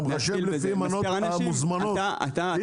אתה מחשב לפי המנות המוזמנות.